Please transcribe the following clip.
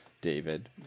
David